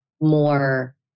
more